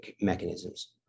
mechanisms